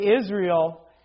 Israel